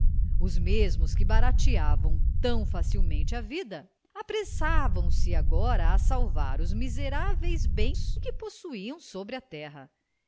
os mesmos que barateavam tão facilmente a vida apressavam se agora a salvar os miseráveis bens que possuíam sobre a terra